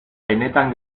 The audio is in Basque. benetan